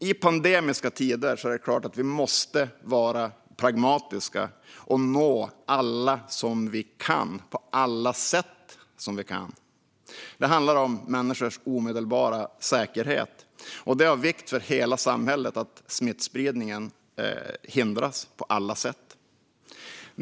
I pandemiska tider måste vi självklart vara pragmatiska och nå alla vi kan, på alla sätt som vi kan. Det handlar om människors omedelbara säkerhet. Det är av vikt för hela samhället att smittspridningen hindras på alla sätt.